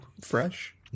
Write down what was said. fresh